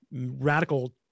radical